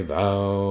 vow